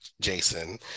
Jason